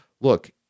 look